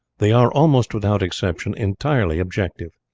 they are, almost without exception, entirely objective.